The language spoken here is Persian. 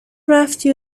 رفتی